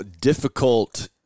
difficult